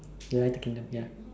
United Kingdom ya